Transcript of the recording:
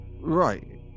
Right